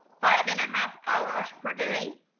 five and a half hours per day.